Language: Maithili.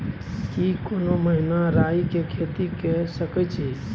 की कोनो महिना राई के खेती के सकैछी?